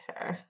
Okay